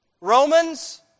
Romans